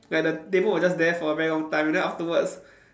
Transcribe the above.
like the table was just there for a very long time then afterwards